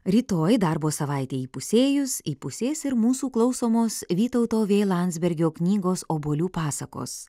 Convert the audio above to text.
rytoj darbo savaitei įpusėjus įpusės ir mūsų klausomos vytauto v landsbergio knygos obuolių pasakos